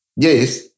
Yes